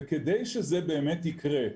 וכדי שזה באמת יקרה,